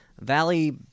Valley